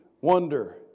wonder